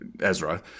Ezra